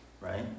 right